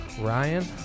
Ryan